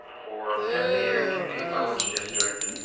for pasadena area community college district,